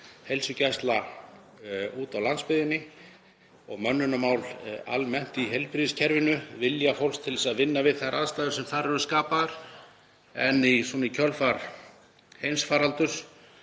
heilsugæslna úti á landsbyggðinni og mönnunarmál almennt í heilbrigðiskerfinu, vilja fólks til að vinna við þær aðstæður sem þar eru skapaðar. Í kjölfar heimsfaraldurs